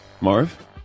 Marv